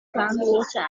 groundwater